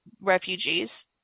refugees